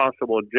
possible